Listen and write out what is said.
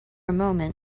moment